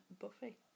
Buffy